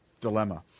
dilemma